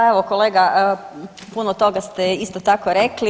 Pa evo kolega puno toga ste isto tako rekli.